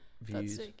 views